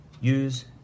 Use